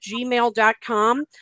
gmail.com